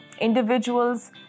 individuals